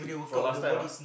from last time ah